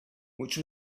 which